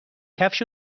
کفش